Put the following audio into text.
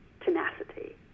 tenacity